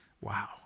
Wow